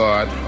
God